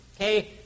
okay